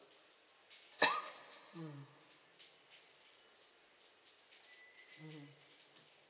mm mmhmm